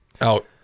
out